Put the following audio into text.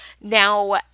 Now